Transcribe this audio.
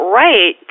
right